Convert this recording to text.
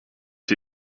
sie